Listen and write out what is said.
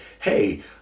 hey